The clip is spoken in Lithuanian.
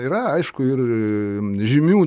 yra aišku ir žymių